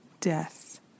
death